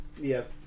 Yes